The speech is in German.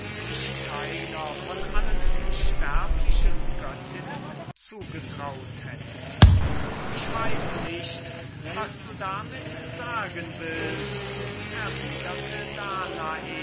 ich keiner von allen unsterblichen göttinnen zugetraut hätte ich weiß nicht was du damit sagen willst erwiderte danae